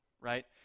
Right